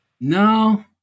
No